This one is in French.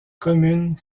commune